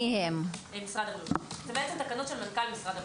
זה בעצם תקנות של מנכ"ל משרד הבריאות.